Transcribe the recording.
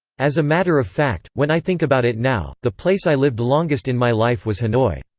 as a matter of fact, when i think about it now, the place i lived longest in my life was hanoi.